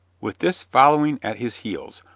with this following at his heels,